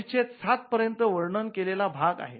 परिच्छेद सात पर्यंत वर्णन केलेला भाग आहे